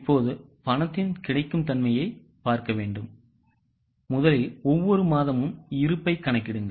இப்போது பணத்தின் கிடைக்கும் தன்மையைப் பாருங்கள் முதலில் ஒவ்வொரு மாதமும் இருப்பைக் கணக்கிடுங்கள்